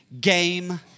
game